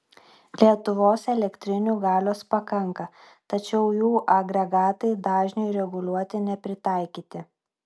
lietuvos elektrinių galios pakanka tačiau jų agregatai dažniui reguliuoti nepritaikyti